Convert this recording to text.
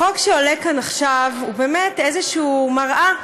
החוק שעולה כאן עכשיו הוא באמת איזושהי מראה,